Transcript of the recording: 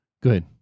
good